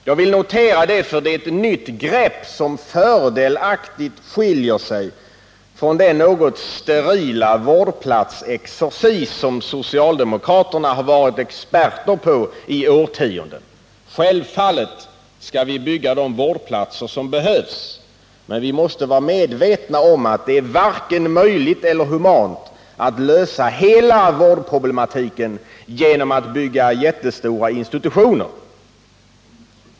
Jag vill notera detta, eftersom det är ett nytt grepp, som fördelaktigt skiljer sig från den något sterila vårdplatsexercis som socialdemokraterna har varit experter på i årtionden. Självfallet skall vi bygga de vårdplatser som behövs, men vi måste vara medvetna om att det är varken möjligt eller humant att lösa hela vårdproblematiken genom att bygga jättestora institutioner.